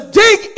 dig